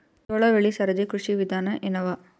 ಜೋಳ ಬೆಳಿ ಸರದಿ ಕೃಷಿ ವಿಧಾನ ಎನವ?